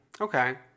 Okay